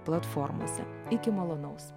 platformose iki malonaus